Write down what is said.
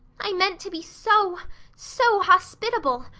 i meant to be so so hospitable.